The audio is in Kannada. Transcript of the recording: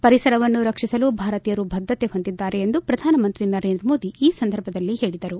ಪರಿಸರವನ್ನು ರಕ್ಷಿಸಲು ಭಾರತೀಯರು ಭದ್ದತೆ ಹೊಂದಿದ್ದಾರೆ ಎಂದು ಪ್ರಧಾನಮಂತ್ರಿ ನರೇಂದ್ರ ಮೋದಿ ಈ ಸಂದರ್ಭದಲ್ಲಿ ಹೇಳಿದರು